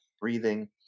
breathing